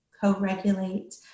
co-regulate